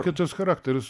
kitas charakteris